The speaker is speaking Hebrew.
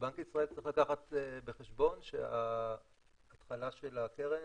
בנק ישראל צריך לקחת בחשבון שההתחלה של הקרן,